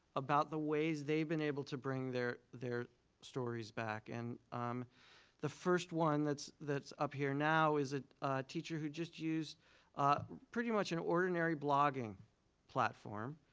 about the ways they have been able to bring their their stories back. and um the first one that's that's up here now is a teacher who just used pretty much an ordinary blogging platform,